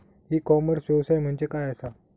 E commerce व्यवसाय म्हणजे काय असा?